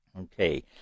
Okay